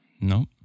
No